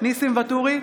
ניסים ואטורי,